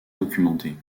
documentée